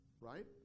right